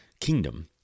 kingdom